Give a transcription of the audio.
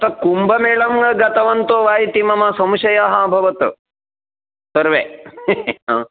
तत् कुम्भमेलं गतवन्तो वा इति मम संशयः अभवत् सर्वे